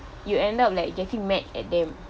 you end up like getting mad at them